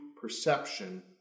perception